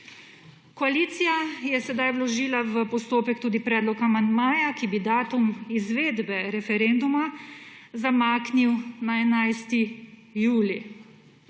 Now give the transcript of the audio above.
Koalicija je sedaj vložila v postopek tudi predlog amandmaja, ki bi datum izvedbe referenduma zamaknil na 11. julij.